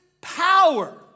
power